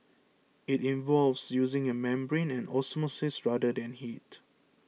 it involves using a membrane and osmosis rather than heat